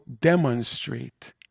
demonstrate